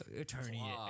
attorney